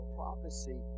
prophecy